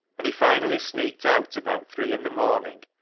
and he finally sneaked out about three in the morning,